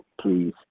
please